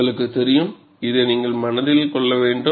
உங்களுக்குத் தெரியும் இதை நீங்கள் மனதில் கொள்ள வேண்டும்